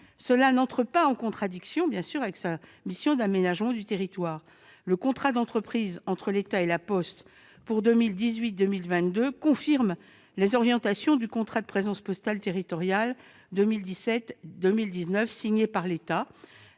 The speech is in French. Cela n'entre pas en contradiction avec sa mission d'aménagement du territoire : le contrat d'entreprise entre l'État et La Poste pour 2018-2022 confirme les orientations du contrat de présence postale territoriale de 2017-2019 signé par l'État,